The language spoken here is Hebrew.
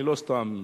אני לא סתם אומר,